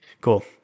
cool